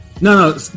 no